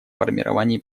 формировании